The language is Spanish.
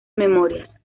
memorias